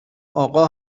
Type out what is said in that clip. آقا